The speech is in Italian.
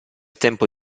tempo